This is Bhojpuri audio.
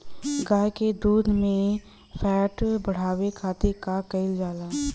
गाय के दूध में फैट बढ़ावे खातिर का कइल जाला?